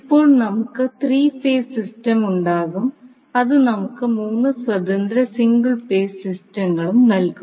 ഇപ്പോൾ നമുക്ക് 3 phase system ഉണ്ടാകും അത് നമുക്ക് 3 സ്വതന്ത്ര സിംഗിൾ ഫേസ് സിസ്റ്റങ്ങളും നൽകും